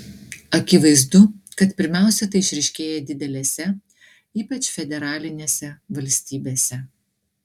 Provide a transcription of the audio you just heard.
akivaizdu kad pirmiausia tai išryškėja didelėse ypač federalinėse valstybėse